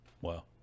Wow